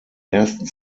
ersten